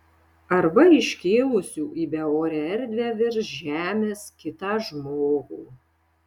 arba iškėlusių į beorę erdvę virš žemės kitą žmogų